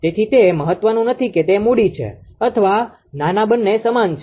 તેથી તે મહત્વનું નથી કે તે મૂડી છે અથવા નાના બંને સમાન છે